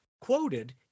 quoted